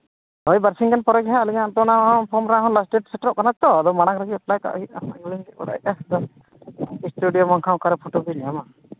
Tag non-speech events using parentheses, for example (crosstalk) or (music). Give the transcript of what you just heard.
ᱦᱳᱭ ᱵᱟᱨᱥᱤᱧᱜᱟᱱ ᱯᱚᱨᱮᱜᱮᱼᱦᱟᱸᱜ ᱦᱚᱸ ᱦᱟᱱᱛᱮᱱᱟᱜ ᱦᱚᱸ ᱯᱷᱚᱨᱢ ᱨᱮᱱᱟᱜ ᱞᱟᱥᱴ ᱰᱮᱴ ᱥᱮᱴᱮᱨᱚᱜ ᱠᱟᱱᱟᱛᱚ ᱟᱫᱚ ᱢᱟᱲᱟᱝ ᱨᱮᱜᱮ ᱮᱯᱞᱟᱭᱠᱟᱜ ᱦᱩᱭᱩᱜᱼᱟ (unintelligible) ᱤᱥᱴᱩᱰᱤᱭᱳ ᱵᱟᱝᱠᱷᱟᱱ ᱚᱠᱟᱨᱮ ᱯᱷᱚᱴᱳᱢ ᱧᱟᱢᱟ